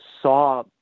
saw